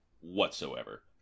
whatsoever